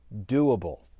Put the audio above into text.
doable